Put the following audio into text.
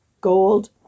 gold